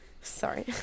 sorry